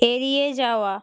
এড়িয়ে যাওয়া